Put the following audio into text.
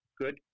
good